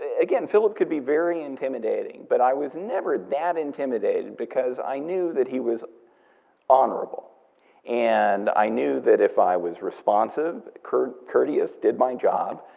again, philip could be very intimidating, but i was never that intimidated because i knew that he was honorable and i knew that if i was responsive, courteous, did my job,